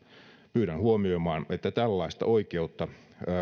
pyydän huomioimaan että tällaista oikeutta